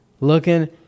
looking